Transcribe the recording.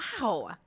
Wow